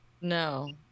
No